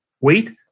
wait